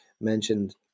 mentioned